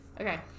Okay